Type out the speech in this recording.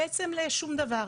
בעצם לשום דבר.